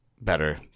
better